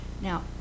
Now